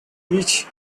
each